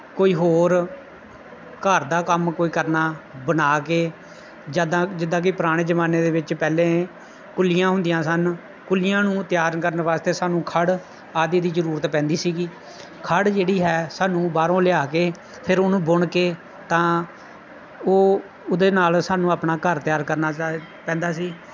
ਕੋਈ ਹੋਰ ਘਰ ਦਾ ਕੰਮ ਕੋਈ ਕਰਨਾ ਬਣਾ ਕੇ ਜਿੱਦਾਂ ਜਿੱਦਾਂ ਕਿ ਪੁਰਾਣੇ ਜ਼ਮਾਨੇ ਦੇ ਵਿੱਚ ਪਹਿਲਾਂ ਕੁੱਲੀਆਂ ਹੁੰਦੀਆਂ ਸਨ ਕੁੱਲੀਆਂ ਨੂੰ ਤਿਆਰ ਕਰਨ ਵਾਸਤੇ ਸਾਨੂੰ ਖੜ ਆਦਿ ਦੀ ਜ਼ਰੂਰਤ ਪੈਂਦੀ ਸੀਗੀ ਖੜ ਜਿਹੜੀ ਹੈ ਸਾਨੂੰ ਬਾਹਰੋਂ ਲਿਆ ਕੇ ਫਿਰ ਉਹਨੂੰ ਬੁਣ ਕੇ ਤਾਂ ਉਹ ਉਹਦੇ ਨਾਲ ਸਾਨੂੰ ਆਪਣਾ ਘਰ ਤਿਆਰ ਕਰਨਾ ਪੈਂਦਾ ਸੀ